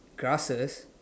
grasses